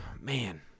man